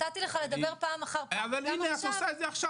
את עושה את זה לייב.